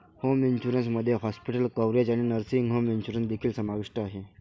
home insurance मध्ये hospital coverage आणि nursing home insurance देखील समाविष्ट आहे